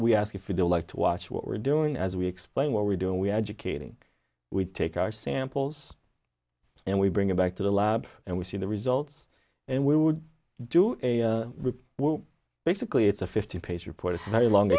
we ask if you'd like to watch what we're doing as we explain what we do and we educating we take our samples and we bring it back to the lab and we see the results and we would do a basically it's a fifty page report it's very long do